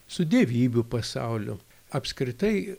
su dievybių pasauliu apskritai